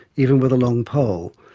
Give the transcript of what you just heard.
even with a long pole,